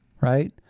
right